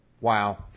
Wow